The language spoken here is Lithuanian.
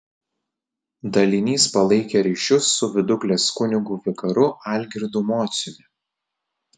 dalinys palaikė ryšius su viduklės kunigu vikaru algirdu mociumi